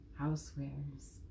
housewares